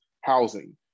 housing